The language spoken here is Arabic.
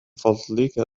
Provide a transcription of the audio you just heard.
فضلك